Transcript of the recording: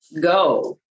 go